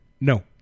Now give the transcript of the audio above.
No